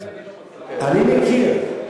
אני לא מכיר כאלה.